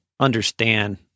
understand